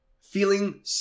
feeling